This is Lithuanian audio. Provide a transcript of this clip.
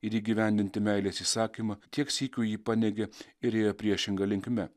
ir įgyvendinti meilės įsakymą tiek sykių jį paneigė ir ėjo priešinga linkme